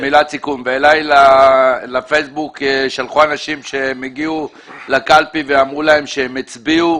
אלי לפייסבוק שלחו אנשים שהם הגיעו לקלפי ואמרו להם שהם הצביעו.